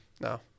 No